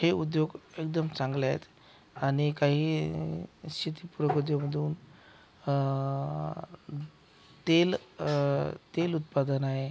हे उद्योग एकदम चांगला आहेत आणि काही शेतीपूरक उद्योगातून तेल तेल उत्पादन आहे